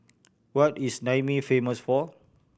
what is Niamey famous for